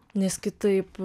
nes kitaip